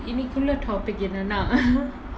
இன்னைக்குள்ள:innaikulla topic என்னன்னா:ennannaa